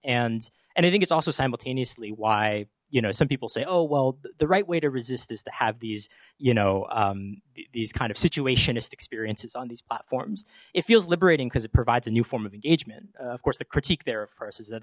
and and i think it's also simultaneously why you know some people say oh well the right way to resist is to have these you know these kind of situationist experiences on these platforms it feels liberating because it provides a new form of engagement of course the critique there first is that